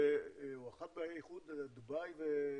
או אחת באיחוד, דובאי וקטאר,